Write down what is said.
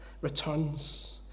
returns